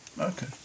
Okay